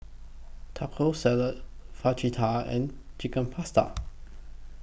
Taco Salad Fajitas and Chicken Pasta